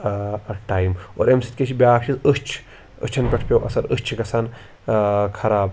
time اور اَمہِ سۭتۍ کیٛاہ چھِ بیٛاکھ چیٖز أچھ أچھَن پٮ۪ٹھ پیوٚو اَثر أچھ چھِ گژھان خراب